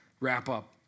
wrap-up